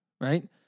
Right